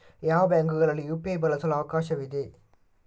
ಯಾವ ಬ್ಯಾಂಕುಗಳಲ್ಲಿ ಯು.ಪಿ.ಐ ಬಳಸಲು ಅವಕಾಶವಿದೆ?